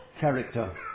character